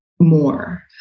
more